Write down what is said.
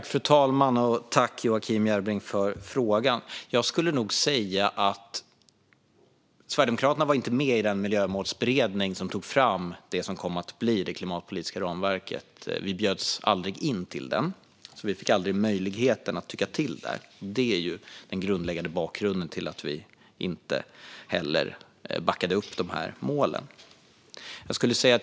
Fru talman! Sverigedemokraterna var inte med i den miljömålsberedning som tog fram det som kom att bli det klimatpolitiska ramverket. Vi bjöds aldrig in till den, så vi fick aldrig möjlighet att tycka till. Det är bakgrunden till att vi inte heller backade upp målen.